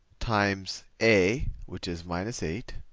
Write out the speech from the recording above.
times a, which is minus eight.